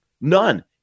None